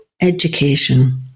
education